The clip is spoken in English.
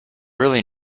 really